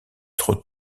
trop